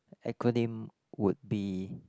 acronym would be